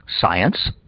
science